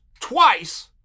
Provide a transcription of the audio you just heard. twice